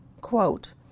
Quote